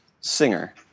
singer